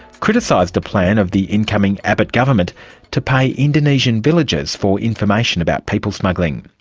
criticised a plan of the incoming abbott government to pay indonesian villagers for information about people smuggling.